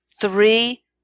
three